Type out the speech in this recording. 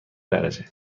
درجه